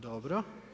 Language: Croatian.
Dobro.